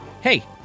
Hey